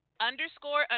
underscore